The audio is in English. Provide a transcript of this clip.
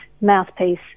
mouthpiece